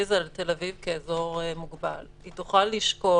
תכריז על תל אביב כאזור מוגבל היא תוכל לשקול